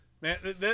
man